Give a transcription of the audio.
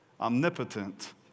omnipotent